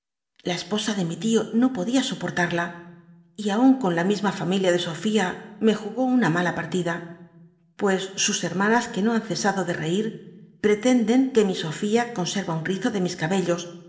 la esposa de mi lío no podía soportnda y aun con la misma familia de sofía me jugó una mala partida pues sus hermanas que no han cesado de reir pretenden iuc mi sofía consci'a un rizo de mis cabellos